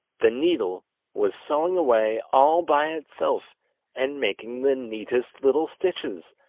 the needle was sewing away all by itself and making the neatest little stitches,